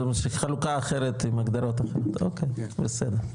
חלוקה אחרת עם הגדרות אחרות, אוקי בסדר.